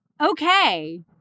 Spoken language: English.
Okay